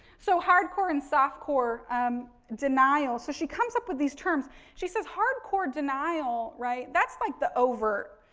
so, hard core and soft core um denial. so, she comes up with these terms. she says hard core denial, right, that's like the over,